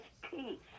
peace